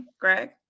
Greg